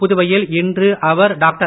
புதுவையில் இன்று அவர் டாக்டர்